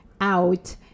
out